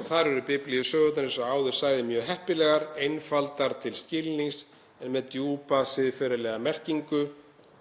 og þar eru biblíusögurnar eins og áður sagði mjög heppilegar, einfaldar til skilnings en með djúpa siðferðilega merkingu.